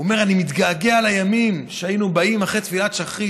הוא אמר: אני מתגעגע לימים שהיינו באים אחרי תפילת שחרית,